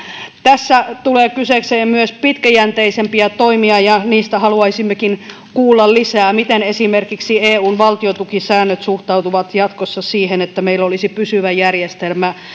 tässä tulee kyseeseen myös pitkäjänteisempiä toimia ja niistä haluaisimmekin kuulla lisää miten esimerkiksi eun valtiontukisäännöt suhtautuvat jatkossa siihen että meillä olisi pysyvä järjestelmä